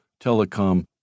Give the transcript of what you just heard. telecom